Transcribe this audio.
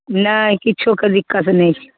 नहि किछुके दिक्कत नहि छै